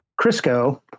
Crisco